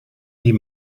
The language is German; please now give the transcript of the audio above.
die